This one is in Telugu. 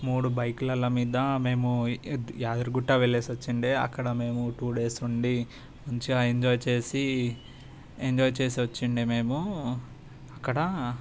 మూడు బైకులల మీద మేము యాదగిరిగుట్ట వెళ్లేసి వచ్చిండే అక్కడ మేము టు డేస్ ఉండి మంచిగా ఎంజాయ్ చేసి ఎంజాయ్ చేసి వచ్చిండే మేము అక్కడ